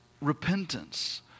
repentance